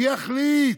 מי יחליט?